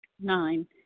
Nine